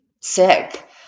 sick